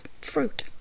fruit